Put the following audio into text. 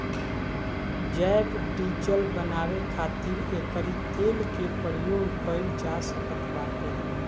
जैव डीजल बानवे खातिर एकरी तेल के प्रयोग कइल जा सकत बाटे